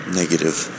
negative